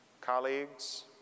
colleagues